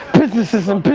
businesses and